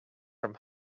from